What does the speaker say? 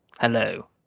Hello